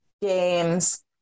games